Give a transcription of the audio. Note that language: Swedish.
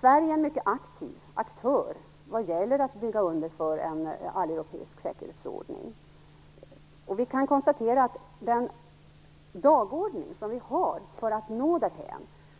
Sverige är en mycket aktiv aktör vad gäller att bygga under för en alleuropeisk säkerhetsordning. Vi kan konstatera att den dagordning som vi har för att nå